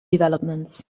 developments